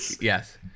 Yes